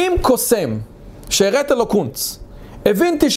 אם קוסם, שהראית לו קונץ, הבנתי